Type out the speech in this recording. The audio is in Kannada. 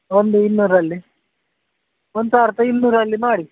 ಒಂದು ಇನ್ನೂರು ಅಲ್ಲಿ ಒಂದ್ ಸಾವಿರ್ದ ಇನ್ನೂರು ಅಲ್ಲಿ ಮಾಡಿ